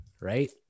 Right